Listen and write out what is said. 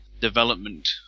development